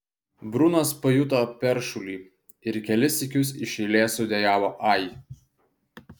brunas pajuto peršulį ir kelis sykius iš eilės sudejavo ai